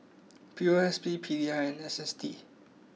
P O S B P D I and S S T